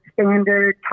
standard